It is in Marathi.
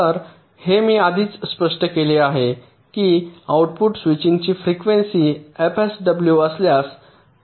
तर हे मी आधीच स्पष्ट केले आहे की आउटपुट स्विचिंगची फ्रिकवेंसी fSW असल्यास